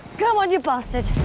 come on, you bastard.